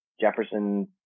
Jefferson